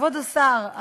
כבוד השר,